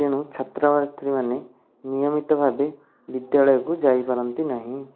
ତେଣୁ ଛାତ୍ରଛାତ୍ରୀ ମାନେ ନିୟମିତ ଭାବେ ବିଦ୍ୟାଳୟକୁ ଯାଇପାରନ୍ତି ନାହିଁ